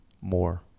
More